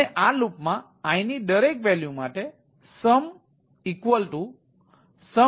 અને આ લૂપ માં i ની દરેક વૅલ્યુ માટે sumsumli કરીએ છીએ